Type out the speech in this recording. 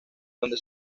donde